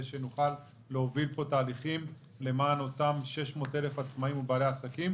שנוכל להוביל פה תהליכים למען אותם 600,000 עצמאים ובעלי עסקים,